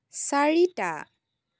চাৰিটা